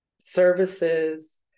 services